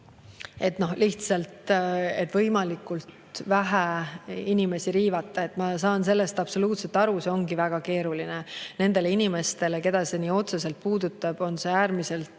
et lihtsalt võimalikult vähe inimesi riivata. Ma saan sellest absoluutselt aru, see ongi väga keeruline nendele inimestele, keda see otseselt puudutab. See on neile äärmiselt